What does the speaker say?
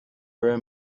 were